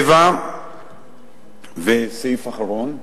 סעיף אחרון: